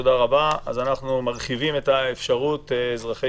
אז אנחנו מרחיבים את האפשרות לאזרחי